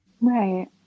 Right